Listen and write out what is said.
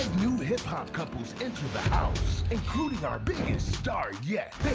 new hip-hop couples enter the house including our biggest star yet.